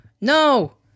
No